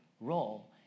role